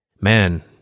man